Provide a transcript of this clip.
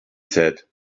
said